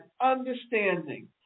understanding